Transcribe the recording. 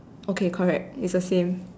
okay correct it's the same